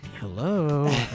Hello